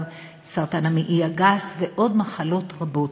גם סרטן המעי הגס ועוד מחלות רבות.